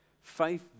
Faith